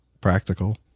Practical